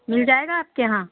مل جائے گا آپ کے یہاں